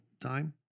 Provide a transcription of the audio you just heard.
time